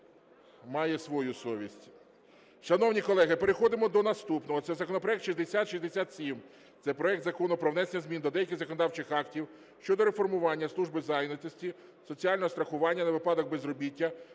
має свою совість.